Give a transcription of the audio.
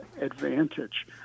advantage